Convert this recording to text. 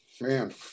man